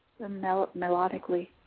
melodically